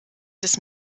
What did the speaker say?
des